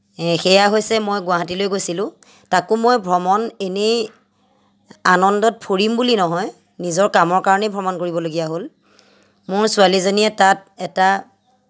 সেয়া হৈছে মই গুৱাহাটীলৈ গৈছিলোঁ তাকো মই ভ্ৰমণ এনেই আনন্দত ফুৰিম বুলি নহয় নিজৰ কামৰ কাৰণেই ভ্ৰমণ কৰিবলগীয়া হ'ল মোৰ ছোৱালীজনীয়ে তাত এটা